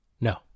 No